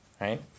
right